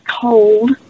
cold